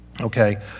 Okay